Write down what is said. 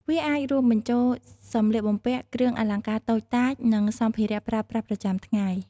វាអាចរួមបញ្ចូល សម្លៀកបំពាក់ គ្រឿងអលង្ការតូចតាច និងសម្ភារៈប្រើប្រាស់ប្រចាំថ្ងៃ។